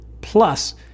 Plus